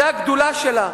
זאת הגדולה שלה.